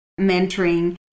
mentoring